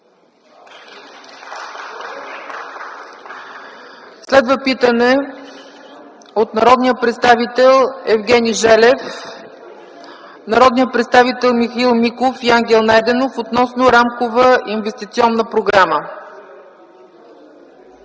Следва питане от народния представител Евгений Желев, народния представител Михаил Миков и Ангел Найденов относно рамкова инвестиционна програма.